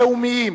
לאומיים,